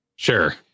Sure